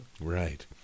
Right